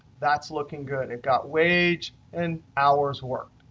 that's looking good. it got wage and hours work.